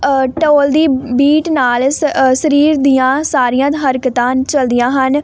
ਢੋਲ ਦੀ ਬੀਟ ਨਾਲ ਸ ਸਰੀਰ ਦੀਆਂ ਸਾਰੀਆਂ ਹਰਕਤਾਂ ਚੱਲਦੀਆਂ ਹਨ